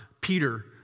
Peter